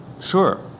sure